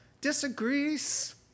disagrees